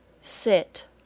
sit